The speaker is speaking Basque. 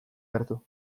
hartu